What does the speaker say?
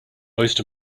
most